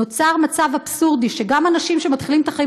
נוצר מצב אבסורדי שגם אנשים שמתחילים את החיים